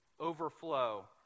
overflow